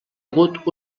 hagut